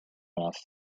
enough